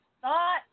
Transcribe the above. thought